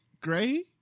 Gray